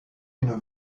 une